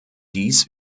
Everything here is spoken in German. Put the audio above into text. dies